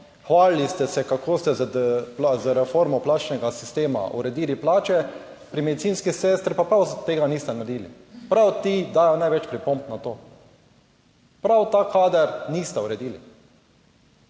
Hvalili ste se, kako ste z reformo plačnega sistema uredili plače pri medicinskih sestrah pa tega niste naredili. Prav ti dajo največ pripomb na to. Prav ta kader niste uredili